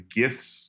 gifts